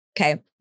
Okay